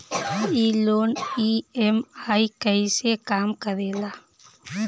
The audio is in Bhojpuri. ई लोन ई.एम.आई कईसे काम करेला?